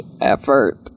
effort